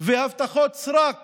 והבטחות סרק